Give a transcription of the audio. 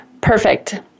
Perfect